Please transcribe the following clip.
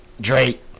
Drake